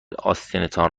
آستینتان